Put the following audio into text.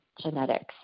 genetics